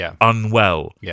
unwell